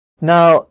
Now